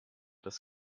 das